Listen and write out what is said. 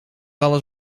alles